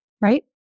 right